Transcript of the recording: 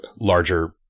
larger